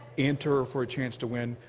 enter for a chance to win.